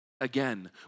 again